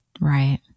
Right